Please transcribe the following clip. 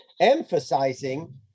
emphasizing